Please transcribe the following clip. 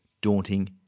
daunting